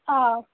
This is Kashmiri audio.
آ